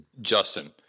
Justin